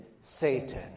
Satan